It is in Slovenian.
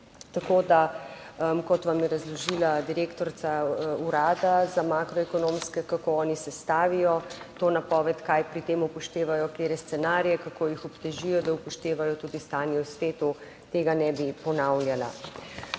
tako da, kot vam je razložila direktorica Urada za makroekonomske, kako oni sestavijo to napoved, kaj pri tem upoštevajo, katere scenarije, kako jih obtežijo, da upoštevajo tudi stanje v svetu, tega ne bi ponavljala.